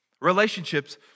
Relationships